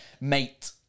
mate